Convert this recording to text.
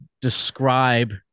describe